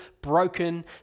broken